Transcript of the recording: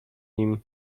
nim